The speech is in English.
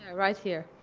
right here.